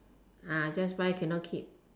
ah just buy cannot keep